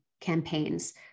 campaigns